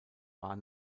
war